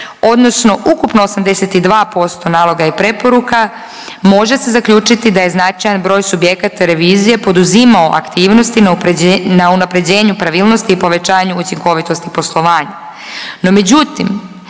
odnosno ukupno 82% naloga i preporuka može se zaključiti da je značajan broj subjekata revizije poduzimao aktivnosti na unapređenju pravilnosti i povećanju učinkovitosti poslovanja.